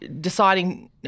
deciding